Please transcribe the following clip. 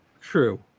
true